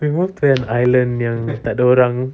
we move to an island yang tak ada orang